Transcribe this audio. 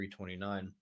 329